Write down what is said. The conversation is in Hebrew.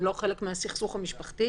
הם לא חלק מהסכסוך המשפחתי?